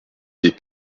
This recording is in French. des